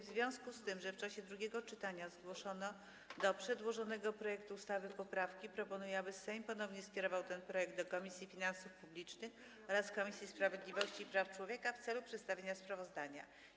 W związku z tym, że w czasie drugiego czytania zgłoszono do przedłożonego projektu ustawy poprawki, proponuję, aby Sejm ponownie skierował ten projekt do Komisji Finansów Publicznych oraz Komisji Sprawiedliwości i Praw Człowieka w celu przedstawienia sprawozdania.